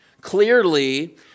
clearly